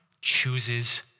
chooses